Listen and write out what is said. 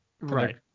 Right